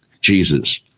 Jesus